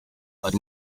ati